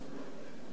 מהרגע שתגיע.